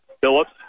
Phillips